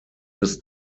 des